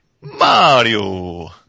Mario